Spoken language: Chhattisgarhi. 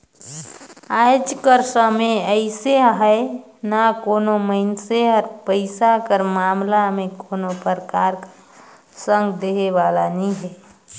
आएज कर समे अइसे अहे ना कोनो मइनसे हर पइसा कर मामला में कोनो परकार कर संग देहे वाला नी हे